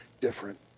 different